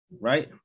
Right